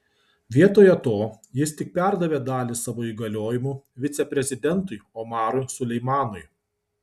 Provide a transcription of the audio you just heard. vietoje to jis tik perdavė dalį savo įgaliojimų viceprezidentui omarui suleimanui